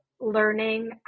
learning